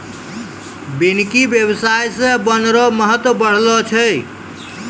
वानिकी व्याबसाय से वन रो महत्व बढ़लो छै